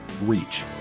reach